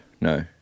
No